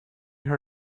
her